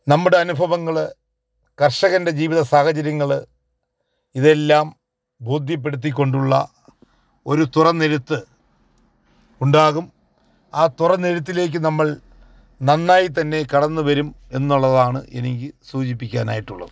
നമ്മുടെ അനുഭവങ്ങൾ കര്ഷകന്റെ ജീവിത സാഹചര്യങ്ങൾ ഇതെല്ലാം ബോധ്യപ്പെടുത്തിക്കൊണ്ടുള്ള ഒരു തുറന്നിരുത്ത് ഉണ്ടാകും ആ തുറന്നെഴുത്തിലേക്ക് നമ്മള് നന്നായിത്തന്നെ കടന്നുവരും എന്നുള്ളതാണ് എനിക്ക് സൂചിപ്പിക്കാനായിട്ടുള്ളത്